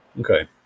Okay